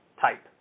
type